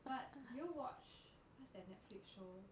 but did you watch what's that netflix show